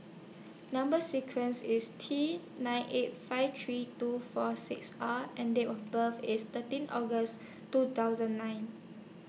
Number sequence IS T nine eight five three two four six R and Date of birth IS thirteen August two thousand nine